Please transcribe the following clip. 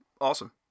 awesome